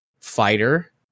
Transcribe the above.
fighter